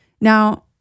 now